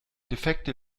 defekte